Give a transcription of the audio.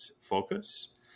focus